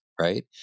right